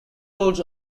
roads